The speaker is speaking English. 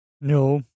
no